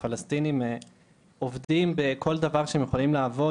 הפלסטינים עובדים בכל דבר שהם יכולים לעבוד,